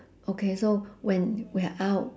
okay so when we're out